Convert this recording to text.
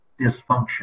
dysfunction